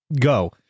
Go